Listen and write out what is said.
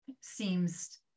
seems